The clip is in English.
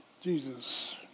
Jesus